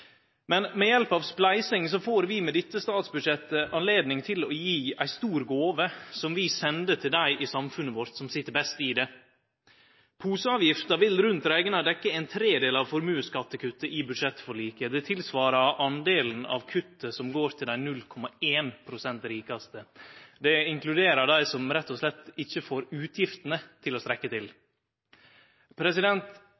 Men ved hjelp av spleising får vi med dette statsbudsjettet anledning til å gje ei stor gåve som vi sender til dei i samfunnet vårt som sit best i det. Poseavgifta vil rundt rekna dekkje ein tredel av formuesskattekuttet i budsjettforliket, det er det same som den delen av kuttet som går til dei 0,1 pst. rikaste. Det inkluderer dei som rett og slett ikkje får utgiftene til å